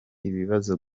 ibibazo